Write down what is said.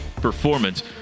performance